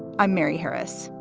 i'm mary harris.